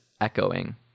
echoing